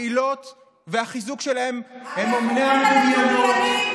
הקהילות והחיזוק שלהן הם אומנם מדומיינים,